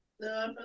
No